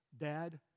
Dad